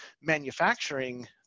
manufacturing